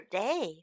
day